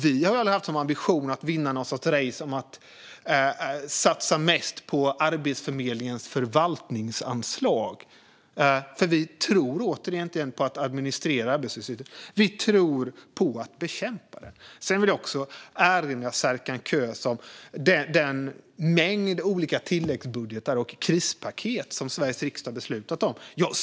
Vi har aldrig haft som ambition att vinna någon sorts race om att satsa mest på Arbetsförmedlingens förvaltningsanslag. Vi tror återigen inte på att administrera arbetslösheten. Vi tror på att bekämpa den. Sedan vill jag erinra Serkan Köse om den mängd olika tilläggsbudgetar och krispaket som Sveriges riksdag beslutat om.